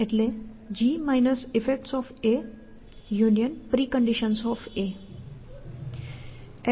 action A તે effects ઉત્પન્ન કરે છે